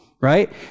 right